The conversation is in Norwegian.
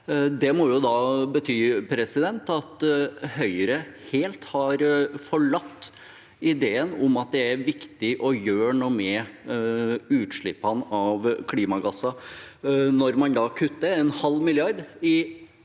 Det må bety at Høyre helt har forlatt ideen om at det er viktig å gjøre noe med utslippene av klimagasser, når man kutter en halv milliard i